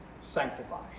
sanctifies